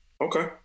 Okay